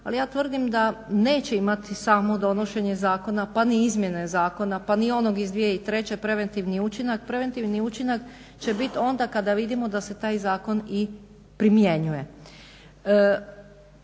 ali ja tvrdim da neće imati samo donošenje zakona pa ni izmjene zakona, pa ni onog iz 2003. preventivni učinak. Preventivni učinak će biti onda kada vidimo da se taj zakon i primjenjuje.